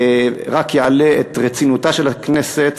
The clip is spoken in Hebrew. זה רק יעלה את רצינותה של הכנסת.